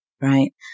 right